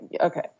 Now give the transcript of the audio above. Okay